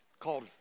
called